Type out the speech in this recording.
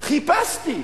חיפשתי,